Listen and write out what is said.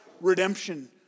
Redemption